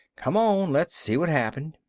come on, let's see what happened.